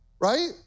right